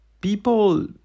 people